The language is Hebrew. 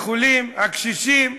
החולים, הקשישים,